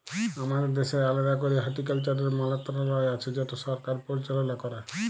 আমাদের দ্যাশের আলেদা ক্যরে হর্টিকালচারের মলত্রলালয় আছে যেট সরকার পরিচাললা ক্যরে